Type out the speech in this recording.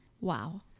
wow